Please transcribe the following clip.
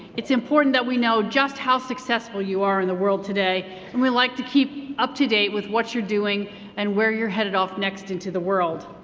it's important that we know just how successful you are in the world today and we like to keep up to date with what you're doing and where you're headed off next into the world.